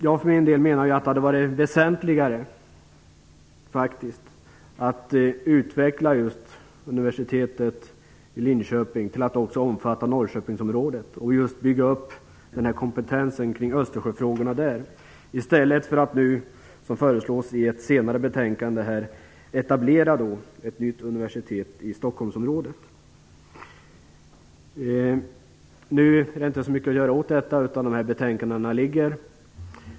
Jag menar att det faktiskt hade varit väsentligare att utveckla just universitetet i Linköping till att också omfatta Norrköpingsområdet och att där bygga upp kompetensen kring Östersjöfrågorna i stället för att, som föreslås i ett kommande betänkande, etablera ett nytt universitet i Stockholmsområdet. Nu är det inte så mycket att göra åt detta, utan betänkandena har lagts fram.